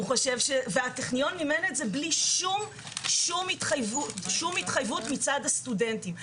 והטכניון מימן את זה בלי שום התחייבות מצד הסטודנטים.